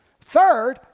Third